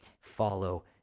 follow